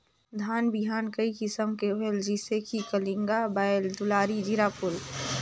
धान बिहान कई किसम के होयल जिसे कि कलिंगा, बाएल दुलारी, जीराफुल?